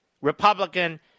Republican